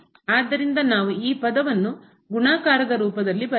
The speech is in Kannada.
ಆದ್ದರಿಂದ ನಾವು ಈ ಪದವನ್ನು ಗುಣಾಕಾರದ ರೂಪದಲ್ಲಿ ಬರೆಯಬಹುದು